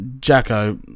Jacko